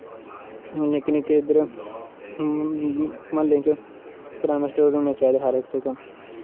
निक्के निक्के इद्धर मह्ल्ले च करैना स्टोर होने चाहिदे हर इक जगह्